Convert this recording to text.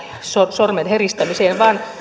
sormenheristämiseen vaan